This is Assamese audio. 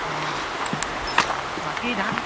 অঁ বাকী ধান